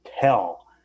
tell